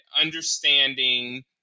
understanding